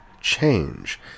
change